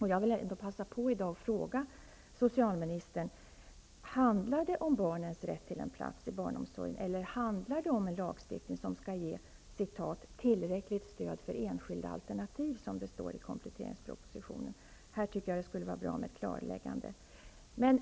Handlar det här om barnens rätt till en plats i barnomsorgen, eller är det fråga om en lagstiftning som skall ge ''tillräckligt stöd för enskilda alternativ'', som det står i kompletteringspropositionen? Det skulle vara bra med ett klarläggande här.